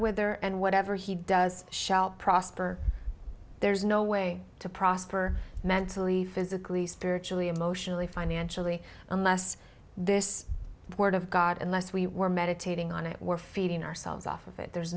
wither and whatever he does shall prosper there is no way to prosper mentally physically spiritually emotionally financially unless this word of god unless we were meditating on it were feeding ourselves off of it there